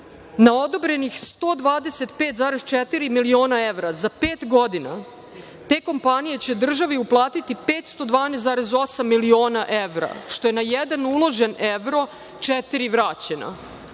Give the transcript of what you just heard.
Na odobrenih 125,4 miliona evra, za pet godina te kompanije će državi uplatiti 512,8 miliona evra, što je na jedan uložen evro četiri vraćena.